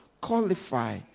Qualify